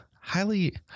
highly